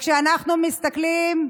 כשאנחנו מסתכלים,